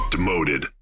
Demoted